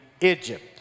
Egypt